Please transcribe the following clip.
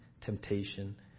temptation